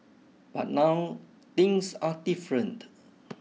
but now things are different